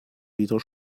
wieder